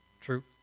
true